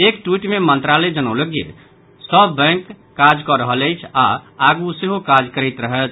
एक ट्वीट मे मंत्रालय जनौलक जे सभ बैंक काज कऽ रहल अछि आओर आगू सेहो काज करैत रहत